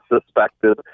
suspected